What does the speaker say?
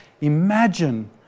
Imagine